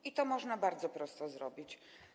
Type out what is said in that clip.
I to można bardzo prosto zrobić.